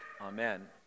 Amen